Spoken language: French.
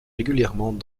régulièrement